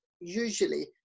usually